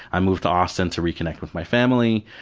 i moved to austin to reconnect with my family,